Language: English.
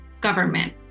government